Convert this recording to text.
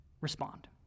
respond